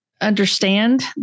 Understand